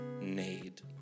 need